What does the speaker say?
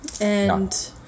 and-